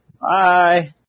Bye